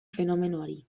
fenomenoari